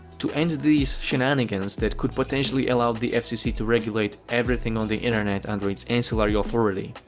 to end these shenanigans that could potentially allow the fcc to regulate everything on the internet under its ancillary authority,